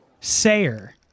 Sayer